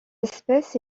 espèce